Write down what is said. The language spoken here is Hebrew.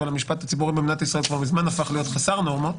אבל המשפט הציבורי במדינת ישראל כבר מזמן הפך להיות חסר נורמות,